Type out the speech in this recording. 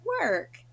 work